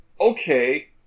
okay